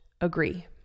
agree